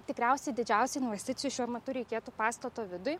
tikriausiai didžiausių investicijų šiuo metu reikėtų pastato vidui